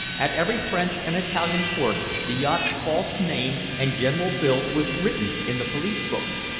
at every french and italian port the yacht's false name and general build was written in the police-books,